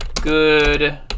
good